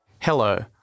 Hello